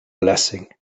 blessing